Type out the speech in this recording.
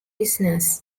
listeners